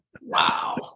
Wow